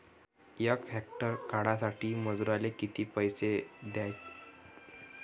यक हेक्टर कांद्यासाठी मजूराले किती पैसे द्याचे?